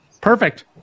Perfect